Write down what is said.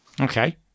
Okay